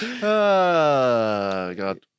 god